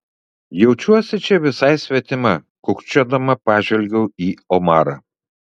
jaučiuosi čia visai svetima kukčiodama pažvelgiau į omarą